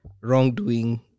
wrongdoing